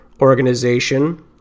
organization